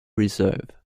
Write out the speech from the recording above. reserve